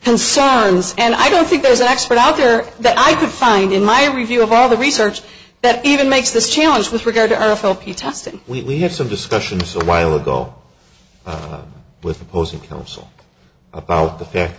concerns and i don't think there's an expert out there that i could find in my review of all the research that even makes this challenge with regard to a filthy test and we had some discussions awhile ago with opposing counsel about the fa